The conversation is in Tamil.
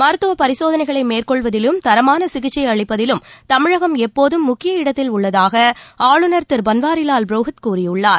மருத்துவப் பரிசோதனைகளை மேற்கொள்வதிலும் தரமான சிகிச்சை அளிப்பதிலும் தமிழகம் எப்போதும் முக்கிய இடத்தில் உள்ளதாக ஆளுநர் திரு பள்வாரிலால் புரோஹித் கூறியுள்ளார்